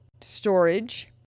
storage